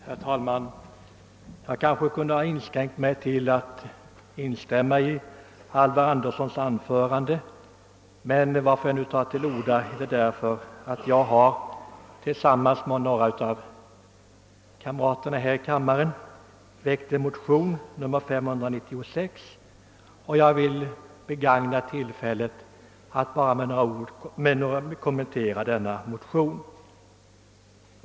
Herr talman! Jag kunde kanske ha inskränkt mig till att instämma i herr Anderssons i Knäred anförande, men orsaken till att jag nu tar till orda är att jag tillsammans med några av kamraterna här i kammaren har väckt en motion, nr 596, och vill begagna tillfället att med några ord kommentera denna.